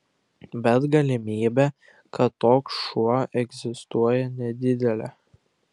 bet galimybė kad toks šuo egzistuoja nedidelė